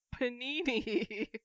Panini